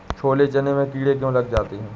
छोले चने में कीड़े क्यो लग जाते हैं?